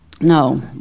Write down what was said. No